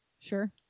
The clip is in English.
Sure